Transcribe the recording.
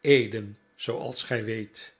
eden zooals gij weet